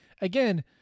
Again